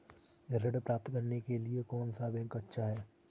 ऋण प्राप्त करने के लिए कौन सा बैंक अच्छा है?